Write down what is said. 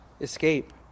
escape